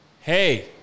Hey